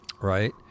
right